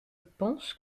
pense